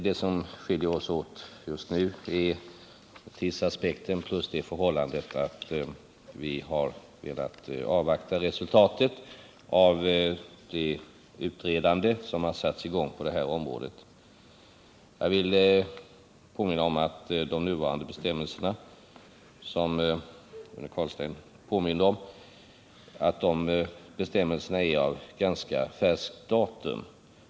Det som skiljer oss åt just nu är tidsaspekten plus det förhållandet att vi har velat avvakta resultatet av det utredande som satts i gång på det här området. Jag vill påminna om att de nuvarande bestämmelserna, som Rune Carlstein påminde om, är av ganska färskt datum.